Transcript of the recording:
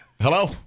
Hello